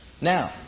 Now